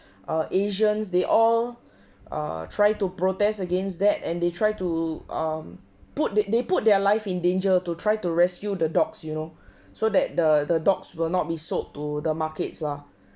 uh asians they all err try to protest against that and they try to um put they they put their life in danger to try to rescue the dogs you know so that the the dogs will not be sold to the markets lah